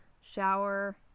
shower